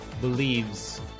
believes